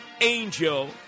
Angel